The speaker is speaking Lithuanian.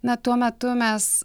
na tuo metu mes